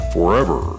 forever